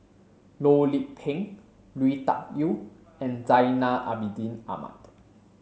Loh Lik Peng Lui Tuck Yew and Zainal Abidin Ahmad